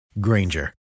Granger